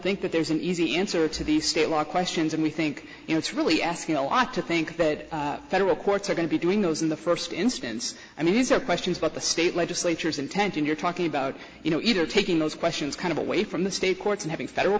think that there's an easy answer to the state law questions and we think it's really asking a lot to think that federal courts are going to be doing those in the first instance i mean these are questions about the state legislatures intent when you're talking about you know either taking the questions kind of away from the state courts in having federal